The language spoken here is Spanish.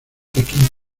pekín